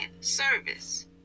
service